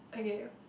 okay